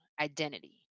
identity